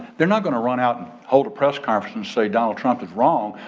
they're not gonna run out and hold a press conference and say donald trump is wrong.